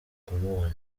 kumubona